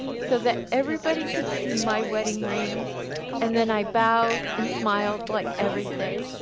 so that everybody could see my wedding ring and then i bowed and smiled like everything.